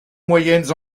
moyennes